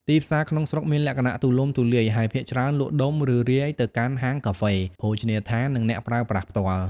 ទីផ្សារក្នុងស្រុកមានលក្ខណៈទូលំទូលាយ ហើយភាគច្រើនលក់ដុំ ឬរាយទៅកាន់ហាងកាហ្វេ ភោជនីយដ្ឋាន និងអ្នកប្រើប្រាស់ផ្ទាល់។